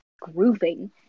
grooving